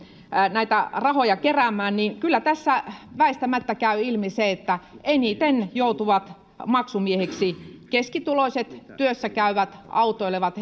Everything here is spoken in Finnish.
näitä rahoja keräämään niin kyllä tässä väistämättä käy ilmi se että eniten joutuvat maksumiehiksi keskituloiset työssä käyvät autoilevat